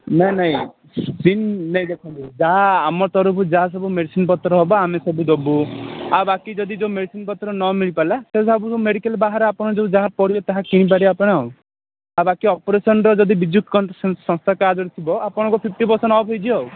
ନାଇଁ ନାଇଁ ନାଇଁ ଦେଖନ୍ତୁ ଯାହା ଆମ ତରଫୁର ଯାହା ସବୁ ମେଡ଼ିସିନ୍ପତ୍ର ହେବ ଆମେ ସବୁ ଦେବୁ ଆଉ ବାକି ଯଦି ଯେଉଁ ମେଡ଼ିସିନ୍ପତ୍ର ନ ମିଳିପାରିଲା ତାହେଲେ ସବୁ ମେଡ଼ିକାଲ୍ ବାହାରେ ଆପଣ ଯେଉଁ ଯାହା ପଡ଼ିବ ତାହା କିଣି ପାରିବେ ଆପଣ ଆଉ ଆଉ ବାକି ଅପେରସନ୍ର ଯଦି ବିଜୁ ସଂସ୍ଥା କାର୍ଡ଼ ଯଦି ଥିବ ଆପଣଙ୍କ ଫିପ୍ଟି ପରସେଣ୍ଟ୍ ଅଫ୍ ହୋଇଯିବ ଆଉ